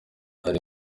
hari